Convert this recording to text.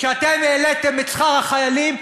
כשהעליתם את שכר החיילים,